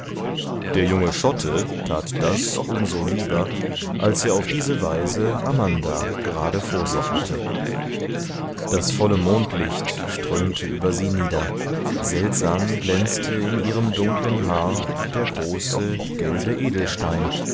der junge schotte tat das um so lieber als er auf diese weise amanda gerade vor sich hatte das volle mondlicht strömte über sie nieder seltsam glänzte in ihrem dunklen haar der große gelbe edelstein